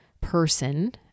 person